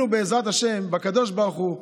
רפואתו של האדם מחוליו.